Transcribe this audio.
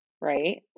right